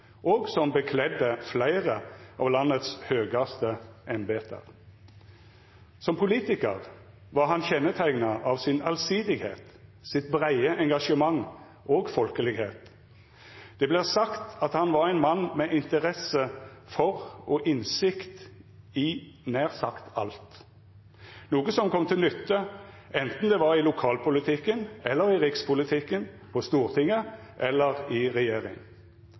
og som bekledde flere av landets høyeste embeter. Som politiker var han kjennetegnet av sin allsidighet, sitt brede engasjement og sin folkelighet. Det blir sagt at han var en mann med interesse for, og innsikt i, nær sagt alt – noe som kom til nytte, enten det var i lokalpolitikken, i rikspolitikken, på Stortinget eller i